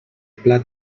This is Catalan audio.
pla